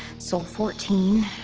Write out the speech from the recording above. sol fourteen.